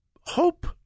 hope